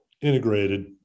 integrated